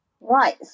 Right